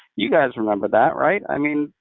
you guys remember that, right? i mean,